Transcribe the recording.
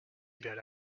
about